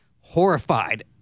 horrified